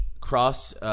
cross